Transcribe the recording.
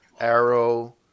Arrow